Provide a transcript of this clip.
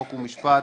חוק ומשפט